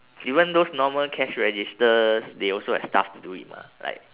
even those normal cash registers they also have staff to do it [what] like